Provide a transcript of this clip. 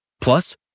Plus